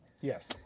Yes